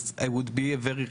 אז הייתי איש עשיר מאוד.